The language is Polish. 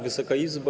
Wysoka Izbo!